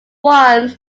once